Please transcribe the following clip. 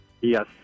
Yes